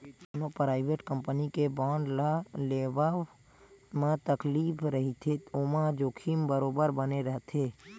कोनो private company के bond ल लेवब म तकलीफ रहिथे ओमा जोखिम बरोबर बने रथे